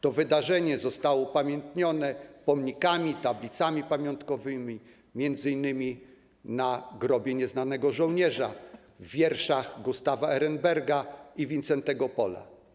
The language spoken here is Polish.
To wydarzenie zostało upamiętnione pomnikami, tablicami pamiątkowymi, m.in. na grobie nieznanego żołnierza, w wierszach Gustawa Ehrenberga i Wincentego Pola.